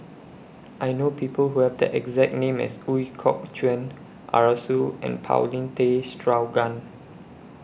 I know People Who Have The exact name as Ooi Kok Chuen Arasu and Paulin Tay Straughan